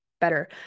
better